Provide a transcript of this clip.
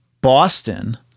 Boston